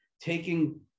taking